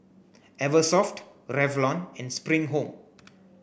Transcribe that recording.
Eversoft Revlon and Spring Home